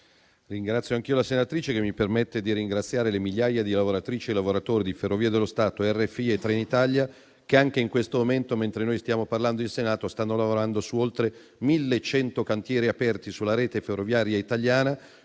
l'interrogazione presentata, che mi permette di ringraziare le migliaia di lavoratrici e lavoratori di Ferrovie dello Stato, RFI e Trenitalia che anche in questo momento, mentre stiamo parlando in Senato, stanno lavorando su oltre 1.100 cantieri aperti sulla rete ferroviaria italiana